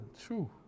True